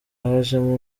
hajemo